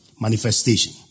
manifestation